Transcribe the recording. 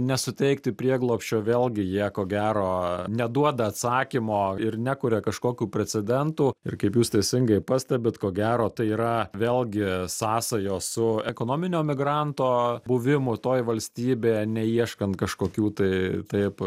nesuteikti prieglobsčio vėlgi jie ko gero neduoda atsakymo ir nekuria kažkokių precedentų ir kaip jūs teisingai pastebit ko gero tai yra vėlgi sąsajos su ekonominio migranto buvimu toj valstybėje neieškant kažkokių tai taip